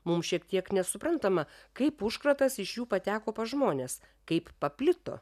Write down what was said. mums šiek tiek nesuprantama kaip užkratas iš jų pateko pas žmones kaip paplito